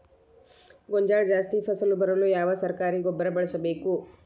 ಗೋಂಜಾಳ ಜಾಸ್ತಿ ಫಸಲು ಬರಲು ಯಾವ ಸರಕಾರಿ ಗೊಬ್ಬರ ಬಳಸಬೇಕು?